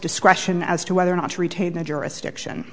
discretion as to whether or not to retain their jurisdiction